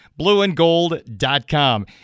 blueandgold.com